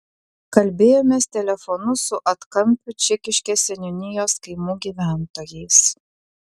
kalbėjomės telefonu su atkampių čekiškės seniūnijos kaimų gyventojais